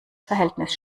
verhältnis